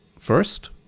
First